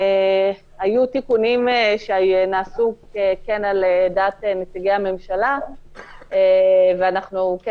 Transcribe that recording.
היו תיקונים שכן נעשו על דעת נציגי הממשלה ואנחנו כן